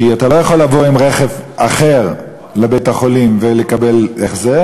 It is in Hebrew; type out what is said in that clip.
כי אתה לא יכול לבוא ברכב אחר לבית-החולים ולקבל החזר,